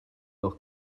nhw